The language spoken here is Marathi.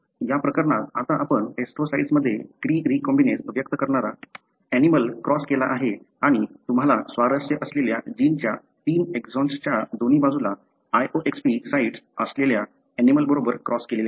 या प्रकरणात आता आपण ऍस्ट्रोसाइट्समध्ये क्री रीकॉम्बिनेझ व्यक्त करणारा ऍनिमलं क्रॉस केला आहे आणि तुम्हाला स्वारस्य असलेल्या जिनच्या तीन एक्सॉन्सच्या दोन्ही बाजूला loxP साइट्स असलेल्या ऍनिमलंबरोबर क्रॉस केले आहे